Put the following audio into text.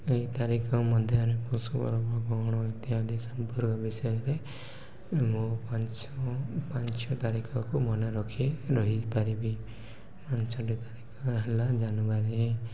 ଏହି ତାରିଖ ମଧ୍ୟରେ ପଶୁ ପର୍ବ ଗହଣ ଇତ୍ୟାଦି ସମ୍ପର୍କ ବିଷୟରେ ମୁଁ ପାଞ୍ଚ ପାଞ୍ଚ ତାରିଖକୁ ମନେ ରଖି ରହିପାରିବି ପାଞ୍ଚଟି ତାରିଖ ହେଲା ଜାନୁଆରୀ